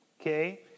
Okay